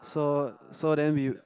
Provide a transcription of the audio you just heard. so so then we